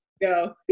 go